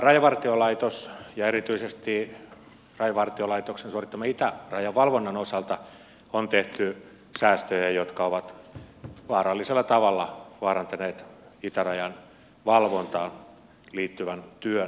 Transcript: rajavartiolaitoksen ja erityisesti rajavartiolaitoksen suorittaman itärajan valvonnan osalta on tehty säästöjä jotka ovat vaarallisella tavalla vaarantaneet itärajan valvontaan liittyvän työn